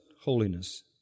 holiness